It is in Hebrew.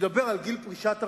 שידבר על גיל פרישת הרבנים,